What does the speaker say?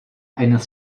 eines